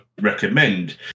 recommend